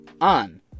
on